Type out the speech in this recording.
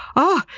oh!